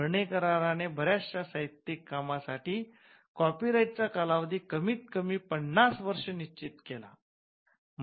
Berne कराराने बऱ्याचश्या साहित्यिक कामासाठी कॉपीराईट चा कालावधी कमीत कमी ५० वर्ष निश्चित केला